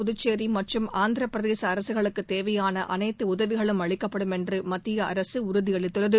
புதுச்சேரி மற்றும் ஆந்திரப்பிரதேச அரக்களுக்கு தேவையாள அனைத்து உதவிகளும் அளிக்கப்படும் என்று மத்தியஅரசு உறுதியளித்துள்ளது